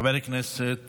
חבר הכנסת